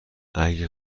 اگه